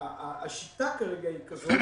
השיטה כרגע היא כזאת,